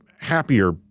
happier